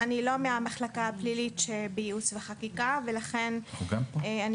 אני לא מן המחלקה הפלילית במחלקת ייעוץ וחקיקה ולכן אני